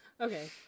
Okay